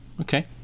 Okay